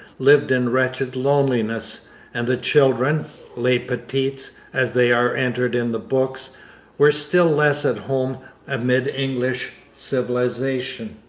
lived in wretched loneliness and the children les petits as they are entered in the books were still less at home amid english civilization.